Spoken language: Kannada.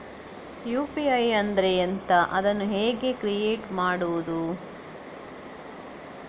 ಯು.ಪಿ.ಐ ಅಂದ್ರೆ ಎಂಥ? ಅದನ್ನು ಕ್ರಿಯೇಟ್ ಹೇಗೆ ಮಾಡುವುದು?